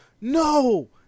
no